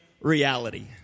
reality